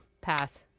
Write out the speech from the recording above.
Pass